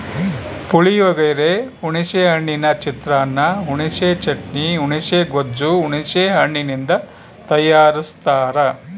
ಪುಳಿಯೋಗರೆ, ಹುಣಿಸೆ ಹಣ್ಣಿನ ಚಿತ್ರಾನ್ನ, ಹುಣಿಸೆ ಚಟ್ನಿ, ಹುಣುಸೆ ಗೊಜ್ಜು ಹುಣಸೆ ಹಣ್ಣಿನಿಂದ ತಯಾರಸ್ತಾರ